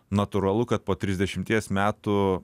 natūralu kad po trisdešimties metų